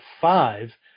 five